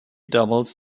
doubles